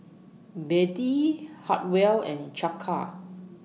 Bettie Hartwell and Chaka